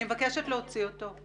אני מבקשת להוציא אותו.